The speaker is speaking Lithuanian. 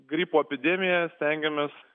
gripo epidemiją stengiamės